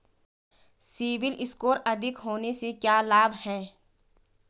CIBIL score अधिक होने से क्या लाभ हैं?